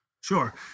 Sure